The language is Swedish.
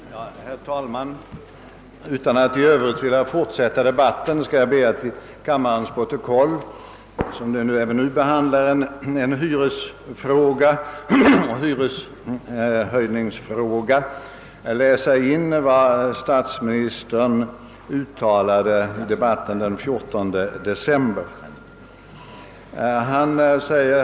Herr talman! Utan att i övrigt vilja fortsätta debatten skall jag be att i kammarens protokoll, eftersom vi även nu behandlar en hyresreglering, få läsa in vad statsministern uttalade i debatten den 14 december förra året.